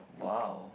!wow!